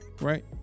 right